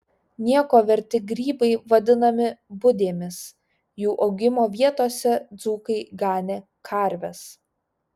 nieko verti grybai vadinami budėmis jų augimo vietose dzūkai ganė karves